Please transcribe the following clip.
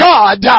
God